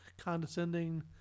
condescending